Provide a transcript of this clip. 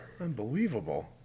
Unbelievable